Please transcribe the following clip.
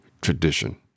tradition